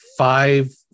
five